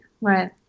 Right